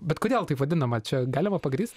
bet kodėl taip vadinama čia galima pagrįst